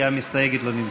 כי המסתייגת לא נמצאת.